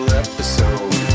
episode